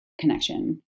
connection